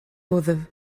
wddf